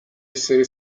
essere